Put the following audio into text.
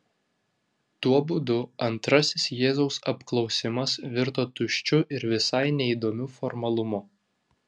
tuo būdu antrasis jėzaus apklausimas virto tuščiu ir visai neįdomiu formalumu